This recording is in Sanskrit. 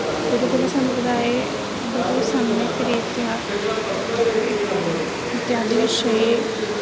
गुरुकुकसम्प्रदाये गुरु सम्यक् रीत्या इत्यादिविषये